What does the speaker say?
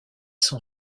sont